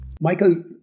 Michael